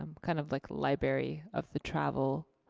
kind of like a library of the travel